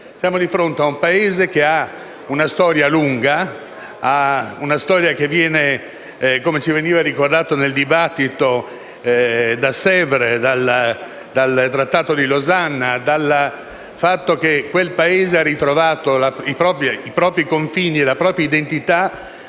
Siamo di fronte a un Paese che ha una storia lunga, che viene, come veniva ricordato nel dibattito, da Sèvres, dal trattato di Losanna, dal fatto che quel Paese ha trovato i propri confini e la propria identità